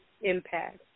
impact